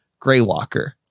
Greywalker